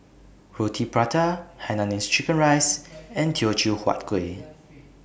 Roti Prata Hainanese Curry Rice and Teochew Huat Kueh